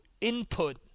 input